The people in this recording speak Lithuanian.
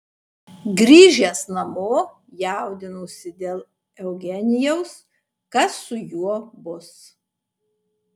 grįžęs namo jaudinosi dėl eugenijaus kas su juo bus